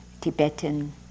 Tibetan